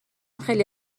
خیلی